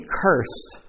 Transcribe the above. cursed